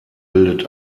bildet